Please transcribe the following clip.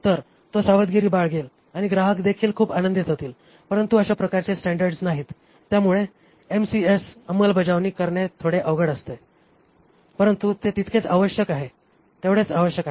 तर तो सावधगिरी बाळगेल आणि ग्राहक देखील खूप आनंदित होतील परंतु अशा प्रकारचे स्टँडर्ड्स नाहीत त्यामुळे एमसीएस अंमलबजावणी करणे थोडे अवघड आहे परंतु ते तितकेच आवश्यक आहे तेवढेच आवश्यक आहे